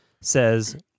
says